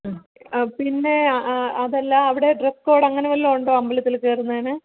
പിന്നെ അതല്ല അവിടെ ഡ്രസ്സ് കോഡ് അങ്ങനെ വല്ലോം ഉണ്ടോ അമ്പലത്തിൽ കയറുന്നതിന്